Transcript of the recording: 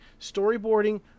storyboarding